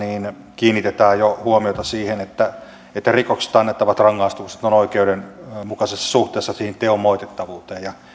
kiinnitetään jo huomiota siihen että että rikoksista annettavat rangaistukset ovat oikeudenmukaisessa suhteessa siihen teon moitittavuuteen